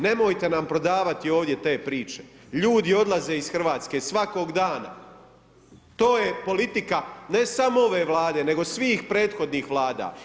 Nemojte nam prodavati ovdje te priče, ljudi odlaze iz Hrvatske svakog dana, to je politika ne samo ove Vlade nego svih prethodnih Vlada.